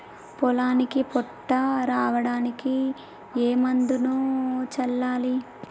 పొలానికి పొట్ట రావడానికి ఏ మందును చల్లాలి?